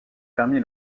permis